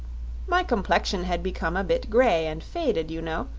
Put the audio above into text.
my complexion had become a bit grey and faded, you know,